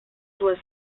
was